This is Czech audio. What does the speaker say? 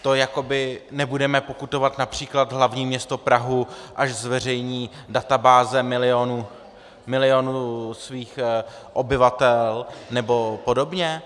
To jakoby nebudeme pokutovat například hlavní město Prahu, až zveřejní databáze milionu svých obyvatel, nebo podobně?